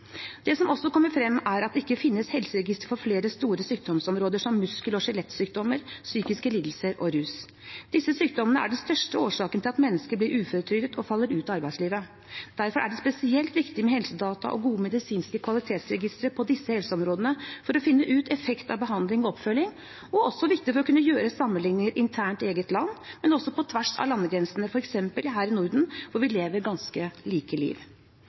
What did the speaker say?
Det som også kommer frem, er at det ikke finnes helseregister for flere store sykdomsområder, som muskel- og skjelettsykdommer, psykiske lidelser og rus. Disse sykdommene er den største årsaken til at mennesker blir uføretrygdet og faller ut av arbeidslivet. Derfor er det spesielt viktig med helsedata og gode medisinske kvalitetsregistre på disse helseområdene for å finne ut effekt av behandling og oppfølging. Det er også viktig for å kunne gjøre sammenligninger internt i eget land, og også på tvers av landegrensene, f.eks. her i Norden, hvor vi lever ganske like liv.